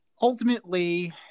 Ultimately